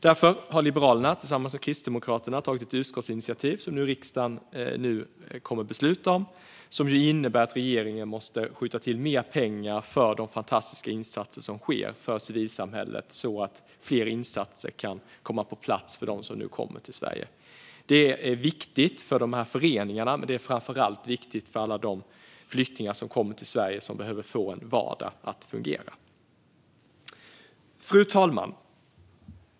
Därför har Liberalerna tillsammans med Kristdemokraterna tagit ett utskottsinitiativ som riksdagen nu kommer att besluta om, som innebär att regeringen måste skjuta till mer pengar till civilsamhället för de fantastiska insatser som sker, så att fler insatser kan komma på plats för dem som nu kommer till Sverige. Det är viktigt för föreningarna, men det är framför allt viktigt för alla de flyktingar som kommer till Sverige och behöver få en vardag att fungera. Fru talman!